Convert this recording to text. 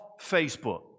Facebook